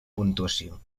puntuació